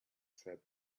said